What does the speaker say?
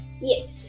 Yes